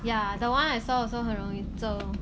ya the one I saw also 很容易皱